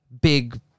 big